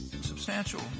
substantial